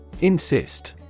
Insist